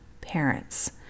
parents